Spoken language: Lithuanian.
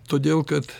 todėl kad